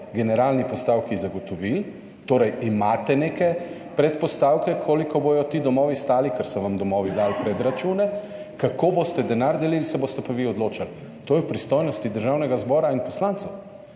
generalni postavki zagotovili, torej imate neke predpostavke, koliko bodo ti domovi stali, ker so vam domovi dali predračune, kako boste denar delili, se boste pa vi odločili. To je v pristojnosti Državnega zbora in poslancev.